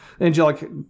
angelic